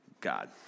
God